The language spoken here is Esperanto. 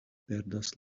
perdas